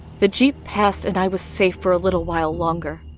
the jeep passed and i was safe for a little while longer.